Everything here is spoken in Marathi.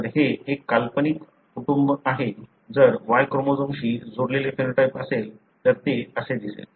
तर हे एक काल्पनिक कुटुंब आहे जर Y क्रोमोझोमशी जोडलेले फेनोटाइप असेल तर ते असे दिसेल